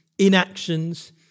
inactions